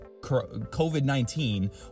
COVID-19